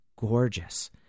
gorgeous